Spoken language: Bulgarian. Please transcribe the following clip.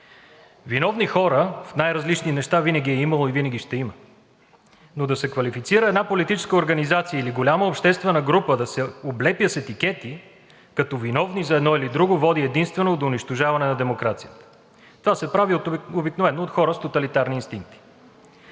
Виновни хора в най-различни неща винаги е имало и винаги ще има, но да се квалифицира една политическа организация или голяма обществена група да се облепя с етикети като виновни за едно или друго, води единствено до унищожаване на демокрацията. Това се прави обикновено от хора с тоталитарни инстинкти.